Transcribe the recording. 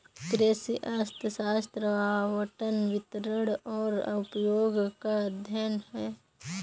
कृषि अर्थशास्त्र आवंटन, वितरण और उपयोग का अध्ययन है